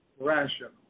Rational